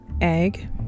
egg